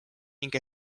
ning